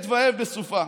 "את והב בסופה".